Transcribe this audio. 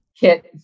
Kit